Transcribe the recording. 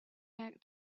back